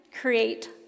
create